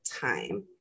time